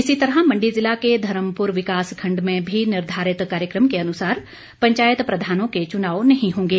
इसी तरह मंडी ज़िला के धर्मपुर विकास खंड में भी निर्धारित कार्यक्रम के अनुसार पंचायत प्रधानों के चुनाव नहीं होंगे